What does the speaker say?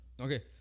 Okay